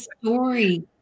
story